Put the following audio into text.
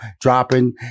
dropping